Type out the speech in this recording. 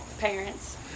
Parents